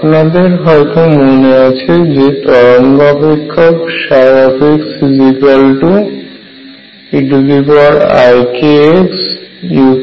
আপনাদের হয়তো মনে আছে যে তরঙ্গ অপেক্ষক xeikxuk